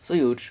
so you